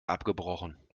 abgebrochen